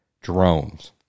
drones